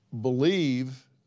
believe